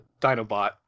Dinobot